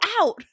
out